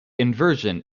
inversion